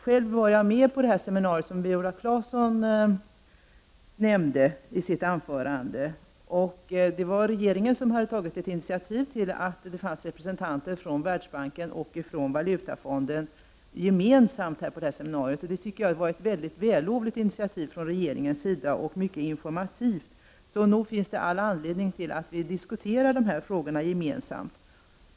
Jag var själv med på det seminarium som Viola Claesson nämnde i sitt anförande. Det var regeringen som hade tagit initiativ till att representanter för Världsbanken och Valutafonden var med på seminariet. Det tycker jag var ett väldigt lovvärt initiativ från regeringen, och seminariet var mycket informativt. Så nog finns det anledning att vi diskuterar dessa frågor gemensamt.